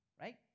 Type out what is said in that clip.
Right